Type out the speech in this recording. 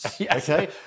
Okay